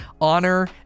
honor